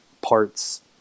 parts